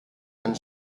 and